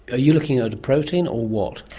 are you looking at a protein or what?